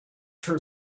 her